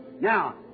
Now